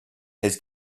his